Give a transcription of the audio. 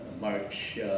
March